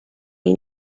you